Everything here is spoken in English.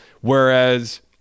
Whereas